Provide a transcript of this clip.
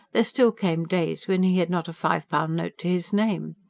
there still came days when he had not a five-pound note to his name.